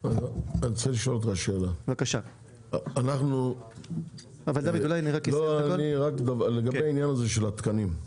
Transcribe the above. אני רוצה לשאול אותך שאלה לגבי העניין הזה של התקנים.